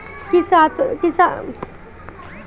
किसानों के खातिर कौनो योजना बा का?